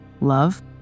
Love